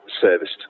serviced